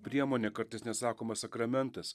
priemonė kartais net sakoma sakramentas